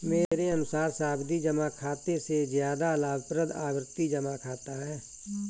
मेरे अनुसार सावधि जमा खाते से ज्यादा लाभप्रद आवर्ती जमा खाता है